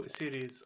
series